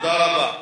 תודה רבה.